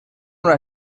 una